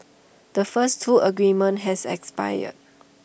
the first two agreements has expired